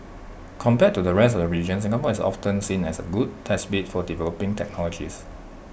compared to the rest of region Singapore is often seen as A good test bed for developing technologies